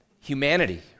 Humanity